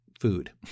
food